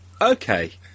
okay